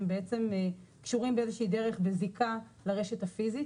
בעצם באיזושהי דרך בזיקה לרשת הפיזית,